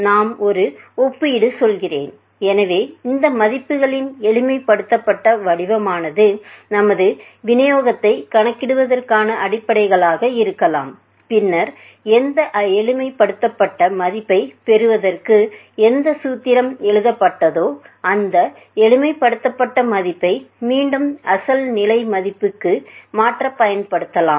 நான் ஒரு ஒப்பீடு சொல்கிறேன் எனவே இந்த மதிப்புகளின் எளிமைப்படுத்தப்பட்ட வடிவமானது நமது விநியோகத்தை கணக்கிடுவதற்கான அடிப்படைகளாக இருக்கலாம் பின்னர் எந்த எளிமைப்படுத்தப்பட்ட மதிப்பைப் பெறுவதற்கு எந்த சூத்திரம் எழுதப்பட்டதோ அந்த எளிமைப்படுத்தப்பட்ட மதிப்பை மீண்டும் அசல் நிலை மதிப்புக்கு மாற்றப் பயன்படுத்தலாம்